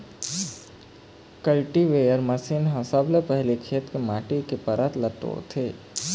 cultivator machine ह सबले पहिली खेत के माटी के परत ल तोड़थे